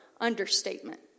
understatement